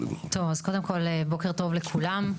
אז קודם כל, בוקר טוב לכולם.